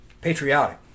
patriotic